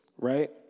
right